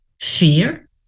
fear